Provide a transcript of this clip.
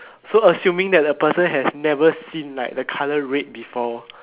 so assuming that a person has never seen like the colour red before